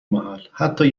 محل، حتی